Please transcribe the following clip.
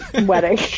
wedding